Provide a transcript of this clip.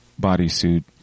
bodysuit